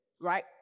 right